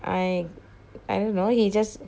I I don't know he just